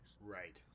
Right